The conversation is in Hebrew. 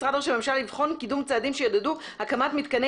משרד ראש הממשלה לבחון קידום צעדים שיעודדו הקמת מתקני